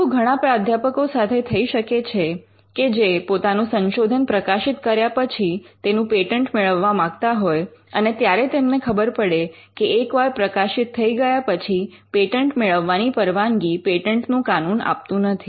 આવું ઘણા પ્રાધ્યાપકો સાથે થઈ શકે છે કે જે પોતાનું સંશોધન પ્રકાશિત કર્યા પછી તેનું પેટન્ટ મેળવવા માગતા હોય અને ત્યારે તેમને ખબર પડે કે એક વાર પ્રકાશિત થઈ ગયા પછી પેટન્ટ મેળવવાની પરવાનગી પેટન્ટનું કાનૂન આપતું નથી